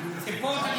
ציפור הנפש.